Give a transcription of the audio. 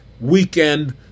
weekend